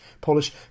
Polish